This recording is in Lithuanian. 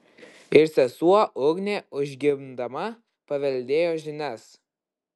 ir sesuo ugnė užgimdama paveldėjo žinias